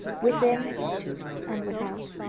within and without.